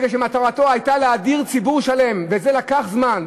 כי מטרתו הייתה להדיר ציבור שלם, וזה לקח זמן.